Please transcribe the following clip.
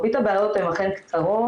מרבית הבעיות הן אכן קצרות,